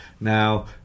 Now